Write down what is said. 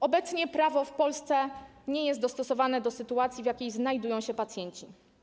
Obecnie prawo w Polsce nie jest dostosowane do sytuacji, w jakiej znajdują się pacjenci.